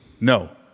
No